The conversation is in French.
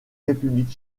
république